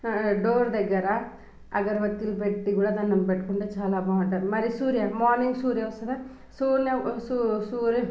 door దగ్గర అగరుబత్తులు పెట్టి కూడా దండం పెట్టుకుంటే చాలా బోంటది మళ్ళీ సూర్య మార్నింగ్ సూర్య వస్తుందా సూర్య సూ సూర్య